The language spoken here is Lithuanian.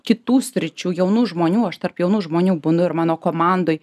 kitų sričių jaunų žmonių aš tarp jaunų žmonių būnu ir mano komandoj